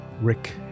Rick